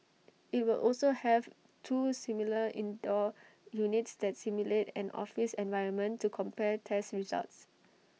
IT will also have two similar indoor units that simulate an office environment to compare tests results